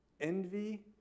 envy